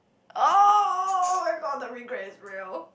oh oh oh-my-god the regret is real